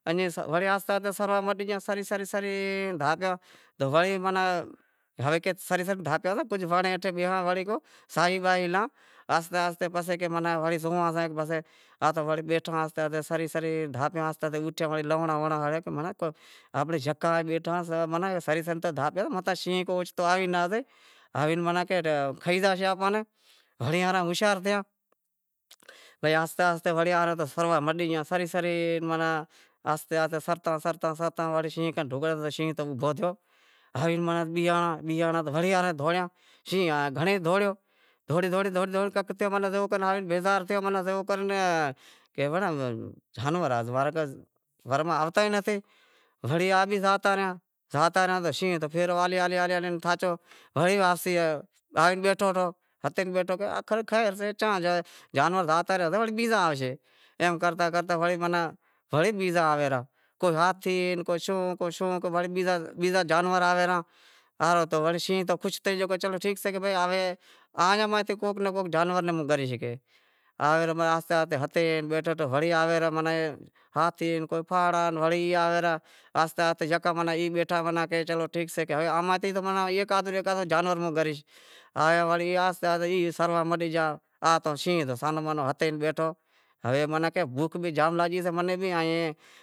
آہستے سروا مٹیاں، سری سری ڈھاپیا تو وڑے ماناں ہوے سری سری ڈھاپیاں سے تاں کجھ پانڑی ہیٹھ پیواں ورے کو ساہی باہی لاں۔ آہستے آہستے پسے وڑے زئوئاں سے پسے وڑے ہانتھ بیٹھا آہستے آہستے سری سری ڈھاپیا آہستے آہستے اوٹھیا وڑے لونڑا ہنڑیا ماناں کہ آپیں یکا آئے بیٹھا سری سری تو ڈھاپیا متاں شینہں کو اوچتو آوی ناں زائے، آوے ماناں کہ کھئی زاشے آپاں نیں، ہوشیار تھیا۔ بھئی آہستے آہستے وڑے سروا مٹی گیا سری سری ماناں آہستے آہستے سرتاں سرتاں ماناں وڑے شینہں کن ڈھگڑے تو شینہن اوٹھیو ہوے بینہانڑا تو وڑے آوی دہوڑیا، شینہں گھنڑے ئی دہوڑیو دہوڑی دہوڑی تنگ تھیو ماناں بیزار تھیو زیوو کر ماناں جانور تو مارے ور ماہ آوتا ئی نتھی، وڑے شینہں ہالے ہالے تھاچو وڑے واپسی آئے بیٹھو ہتو کہ خیر سئے چاں زاشیں، جانور تو آتا ئی راشیں ایم کرتا کرتا وڑے بیزا ئی آویں رہیا، کوئی ہاتھی کوئی شوں کو شوں وڑے بیزا جانور آویں رہا۔ آں رو تو شینہں وڑے خوش تھئ گیو کہ بیزا جانور اویں رہیا، کو ہاتھی کو شوں کو شوں چلو ٹھیک سئے کہ بھائی آویں تو کوہک ناں کوہک جانور ناں تو ہوں گریش۔ وڑی آویں رہا کو ہاتھی کو پھاڑا کہ کوئی آہستے آہستے یکا ماناں کی ای بیٹھا کہ ماناں چلو ٹھیک سے ہوے کہ ہیک آدو جانور ناں تو ہوں گریش، آیا ماناں آہستے آہستے ای سرواں مٹی گیا ماناں شینہں تو بیٹھو ہوے ماناں کہے